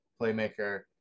Playmaker